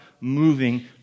moving